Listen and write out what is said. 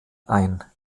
ein